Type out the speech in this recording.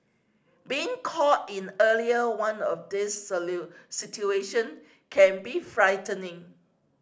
being caught in earlier one of these situation can be frightening